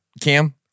Cam